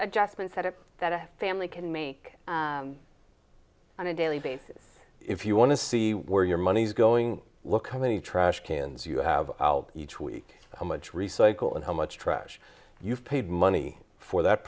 adjustment set up that a family can make on a daily basis if you want to see where your money's going look how many trash cans you have out each week how much recycle and how much trash you've paid money for that